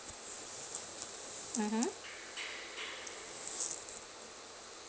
mmhmm